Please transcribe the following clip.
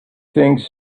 things